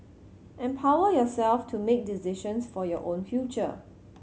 empower yourself to make decisions for your own future